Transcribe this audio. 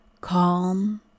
calm